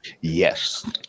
Yes